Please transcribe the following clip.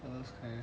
all those kind